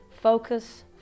Focus